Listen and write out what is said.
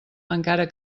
encara